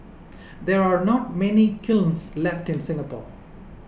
there are not many kilns left in Singapore